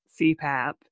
CPAP